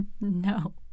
No